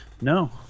No